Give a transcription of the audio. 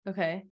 Okay